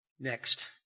Next